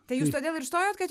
tai jūs todėl ir stojot kad